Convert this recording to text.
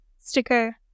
sticker